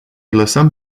lăsăm